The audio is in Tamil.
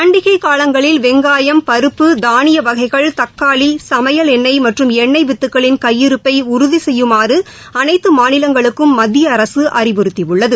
பண்டிகைகாலங்களில் வெங்காயம் பருப்பு தானிய வகைகள் தக்காளி சமையல் எண்ணெய் மற்றும் எண்ணெய் வித்துக்களின் கையிருப்பைஉறுதிசெய்யுமாறுஅனைத்துமாநிலங்களுக்கும் மத்தியஅரசுஅறிவுறுத்தியுள்ளது